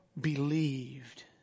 believed